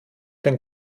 den